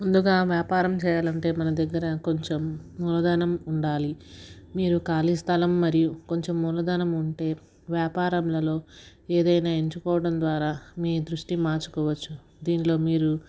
ముందుగా వ్యాపారం చేయాలంటే మనదగ్గర కొంచెం మూలధనం ఉండాలి మీరు ఖాళీ స్థలం మరియు కొంచెం మూలధనం ఉంటే వ్యాపారంలలో ఏదైనా ఎంచుకోవడం ద్వారా మీ దృష్టి మార్చుకోవచ్చు దింట్లో మీరు